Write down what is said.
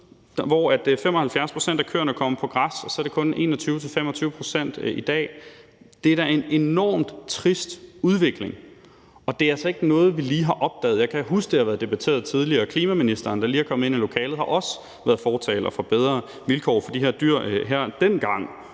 det 75 pct. af køerne, der kom på græs, mens det i dag kun er 21-25 pct. Det er da en enormt trist udvikling, og det er altså ikke noget, vi lige har opdaget. Jeg kan huske, det har været debatteret tidligere, og klima-, energi- og forsyningsministeren, der lige er kommet ind i lokalet, har også været fortaler for bedre vilkår for de her dyr, dengang